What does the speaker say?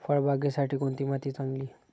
फळबागेसाठी कोणती माती चांगली?